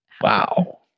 Wow